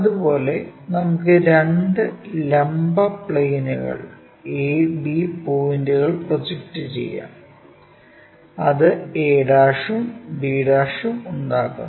അതുപോലെ നമുക്ക് 2 ലംബ പ്ലെയിനുകളിൽ AB പോയിന്റുകൾ പ്രൊജക്റ്റ് ചെയ്യാം അത് a ഉം bയും ഉണ്ടാക്കുന്നു